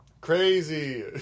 crazy